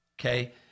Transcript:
Okay